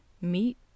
meat